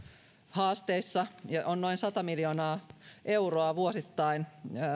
haasteissa se on noin sata miljoonaa euroa vuosittain